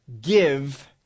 give